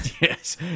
yes